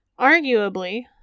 Arguably